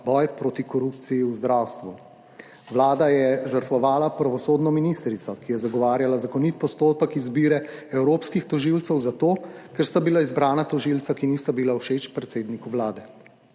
boj proti korupciji v zdravstvu. Vlada je žrtvovala pravosodno ministrico, ki je zagovarjala zakonit postopek izbire evropskih tožilcev, zato, ker sta bila izbrana tožilca, ki nista bila všeč predsedniku Vlade.